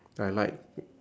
I like